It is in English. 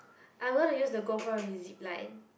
I'm gonna use the go pro with zipline